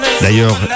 D'ailleurs